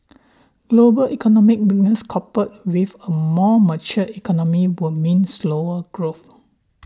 global economic weakness coupled with a more mature economy will mean slower growth